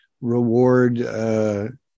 reward